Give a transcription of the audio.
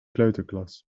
kleuterklas